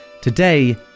today